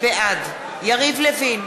בעד יריב לוין,